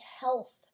health